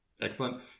Excellent